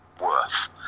worth